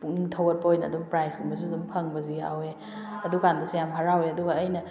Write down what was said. ꯄꯨꯛꯅꯤꯡ ꯊꯧꯒꯠꯄ ꯑꯣꯏꯅ ꯑꯗꯨꯝ ꯄ꯭ꯔꯥꯏꯖ ꯀꯨꯝꯕꯁꯨ ꯑꯗꯨꯝ ꯐꯪꯕꯁꯨ ꯌꯥꯎꯋꯦ ꯑꯗꯨ ꯀꯥꯟꯗꯁꯨ ꯌꯥꯝ ꯍꯔꯥꯎꯋꯦ ꯑꯗꯨꯒ ꯑꯩꯅ